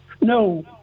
no